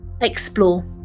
explore